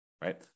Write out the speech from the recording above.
right